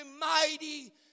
mighty